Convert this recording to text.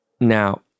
Now